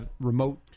remote